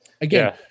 Again